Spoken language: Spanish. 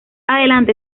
adelante